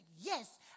yes